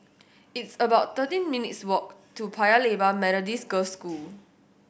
it's about thirteen minutes' walk to Paya Lebar Methodist Girls' School